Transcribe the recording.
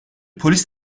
polis